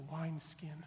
wineskin